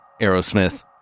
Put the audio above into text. Aerosmith